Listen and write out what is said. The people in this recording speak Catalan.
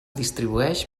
distribueix